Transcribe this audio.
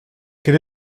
quel